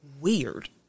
weird